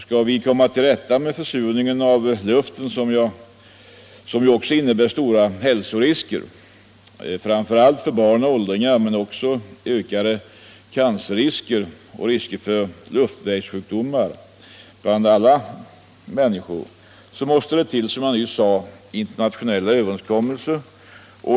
Skall vi komma till rätta med försurningen av luften — som ju också innebär stora hälsorisker, framför allt för barn och åldringar, och dessutom ökade cancerrisker och risker för luftvägssjukdomar bland alla människor — så måste det till internationella överenskommelser.